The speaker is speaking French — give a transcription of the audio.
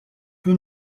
peu